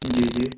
جی جی